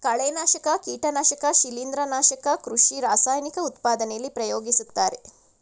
ಕಳೆನಾಶಕ, ಕೀಟನಾಶಕ ಶಿಲಿಂದ್ರ, ನಾಶಕ ಕೃಷಿ ರಾಸಾಯನಿಕ ಉತ್ಪಾದನೆಯಲ್ಲಿ ಪ್ರಯೋಗಿಸುತ್ತಾರೆ